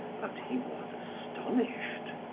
but he was astonished.